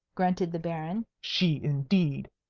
grunted the baron. she indeed!